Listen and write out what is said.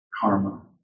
karma